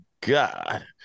God